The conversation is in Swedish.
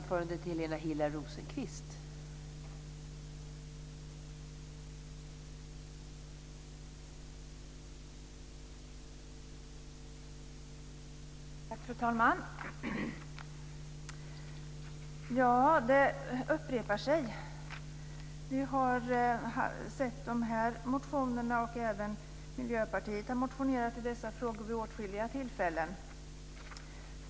Fru talman! Det upprepar sig. Vi har sett de här motionerna, och även Miljöpartiet har motionerat i dessa frågor vid åtskilliga tillfällen.